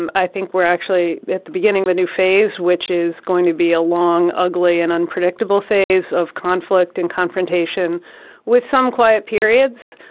and i think we're actually at the beginning of a new phase, which is going to be a long, ugly and unpredictable phase of conflict and confrontation with some quiet periods.